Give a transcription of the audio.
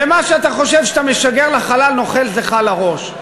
ומה שאתה חושב שאתה משגר לחלל, נוחת לך על הראש.